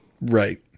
Right